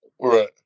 right